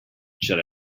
shall